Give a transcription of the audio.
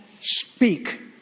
speak